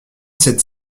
cette